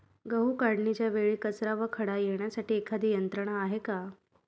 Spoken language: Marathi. गहू काढणीच्या वेळी कचरा व खडा न येण्यासाठी एखादी यंत्रणा आहे का?